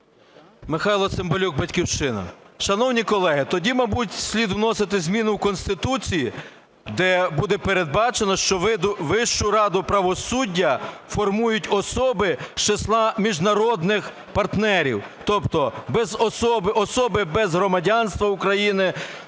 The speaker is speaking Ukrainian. Михайло Цимбалюк, "Батьківщина". Шановні колеги, тоді, мабуть, слід вносити зміну в Конституцію, де буде передбачено, що Вищу раду правосуддя формують особи з числа міжнародних партнерів, тобто особи без громадянства України,